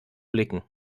blicken